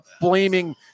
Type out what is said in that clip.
blaming